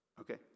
Okay